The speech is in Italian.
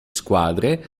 squadre